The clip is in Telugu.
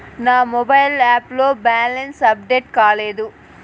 నా మొబైల్ యాప్ లో బ్యాలెన్స్ అప్డేట్ కాలేదు